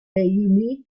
unique